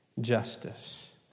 justice